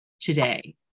today